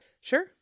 Sure